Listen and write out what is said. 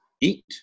eat